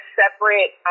separate